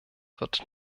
wird